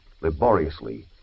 laboriously